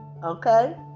Okay